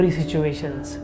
situations